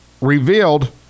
revealed